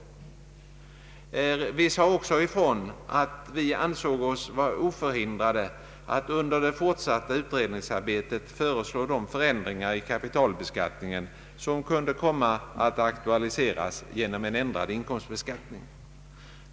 Vi sade också att vi ansåg oss vara oförhindrade att under det fortsatta utredningsarbetet föreslå de förändringar i kapitalbeskattningen som kunde komma att aktualiseras genom en ändrad inkomstbeskattning.